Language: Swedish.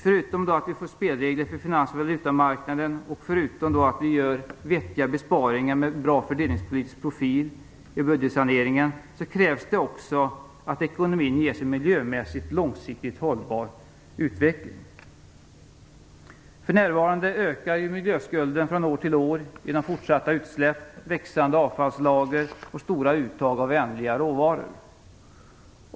Förutom spelregler för finans och valutamarknaden och förutom vettiga besparingar med en bra fördelningspolitisk profil i budgetsaneringen krävs att ekonomin ges en miljömässigt långsiktig hållbar utveckling. För närvarande ökar miljöskulden från år till år genom fortsatta utsläpp, växande avfallslager och stora uttag av ändliga råvaror.